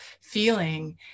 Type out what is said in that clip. feeling